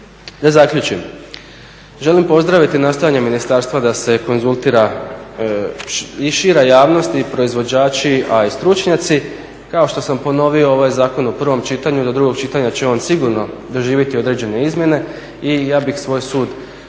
Da zaključim, želim pozdraviti nastojanje ministarstva da se konzultira i šira javnost i proizvođači a i stručnjaci. Kao što sam ponovio ovo je zakon u prvom čitanju, do drugog čitanja će on sigurno doživjeti određene izmjene. Ja bih svoj sud konačni,